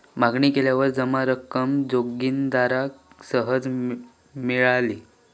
मागणी केल्यावर जमा रक्कम जोगिंदराक सहज मिळाली